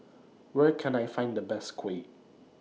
Where Can I Find The Best Kuih